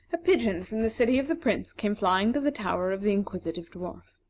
a pigeon from the city of the prince came flying to the tower of the inquisitive dwarf.